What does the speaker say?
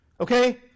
Okay